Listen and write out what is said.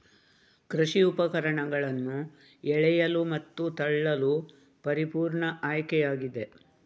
ಕೃಷಿ ಉಪಕರಣಗಳನ್ನು ಎಳೆಯಲು ಮತ್ತು ತಳ್ಳಲು ಪರಿಪೂರ್ಣ ಆಯ್ಕೆಯಾಗಿದೆ